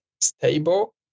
stable